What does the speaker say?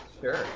Sure